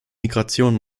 migration